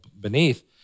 beneath